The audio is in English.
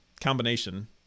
combination